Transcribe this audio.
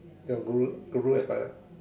your guro guro expired ah